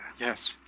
Yes